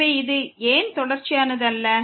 எனவே இது ஏன் தொடர்ச்சியானது அல்ல